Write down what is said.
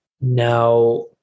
Now